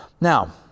Now